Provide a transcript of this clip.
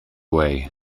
way